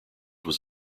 was